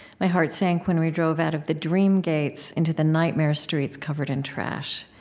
my heart sank when we drove out of the dream gates into the nightmare streets covered in trash.